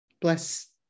bless